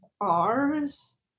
R's